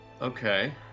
Okay